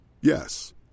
Yes